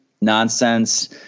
nonsense